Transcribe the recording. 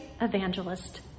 evangelist